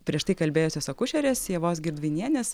prieš tai kalbėjusios akušerės ievos girdvainienės